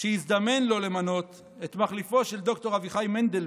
כשהזדמן לו למנות את מחליפו של ד"ר אביחי מנדלבליט,